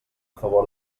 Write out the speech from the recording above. favor